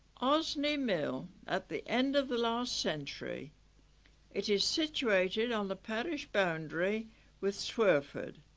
osney mill at the end of the last century it is situated on the parish boundary with swerford.